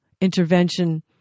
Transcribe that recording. intervention